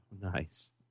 Nice